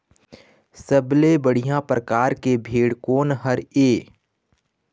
सबले बढ़िया परकार के भेड़ कोन हर ये?